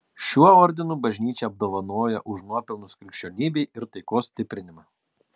šiuo ordinu bažnyčia apdovanoja už nuopelnus krikščionybei ir taikos stiprinimą